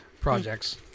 projects